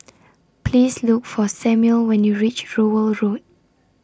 Please Look For Samuel when YOU REACH Rowell Road